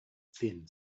thin